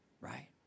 Right